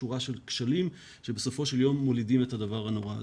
שורה של כשלים שבסופו של יום מולידים את הדבר הנורא הזה.